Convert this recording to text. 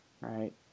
right